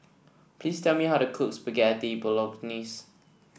please tell me how to cook Spaghetti Bolognese